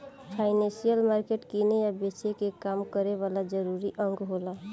financial market किने आ बेचे के काम करे वाला जरूरी अंग होला